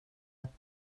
att